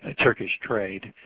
ah turkish trade.